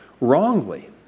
wrongly